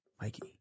mikey